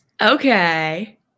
Okay